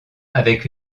avec